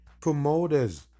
promoters